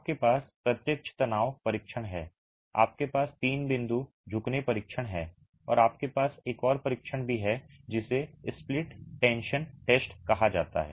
आपके पास प्रत्यक्ष तनाव परीक्षण है आपके पास तीन बिंदु झुकने परीक्षण है और आपके पास एक और परीक्षण भी है जिसे स्प्लिट टेंशन टेस्ट कहा जाता है